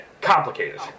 complicated